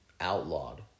outlawed